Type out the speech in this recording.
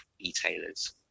retailers